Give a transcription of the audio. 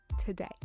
today